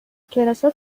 کلاسهات